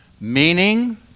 meaning